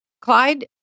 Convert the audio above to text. Clyde